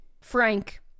Frank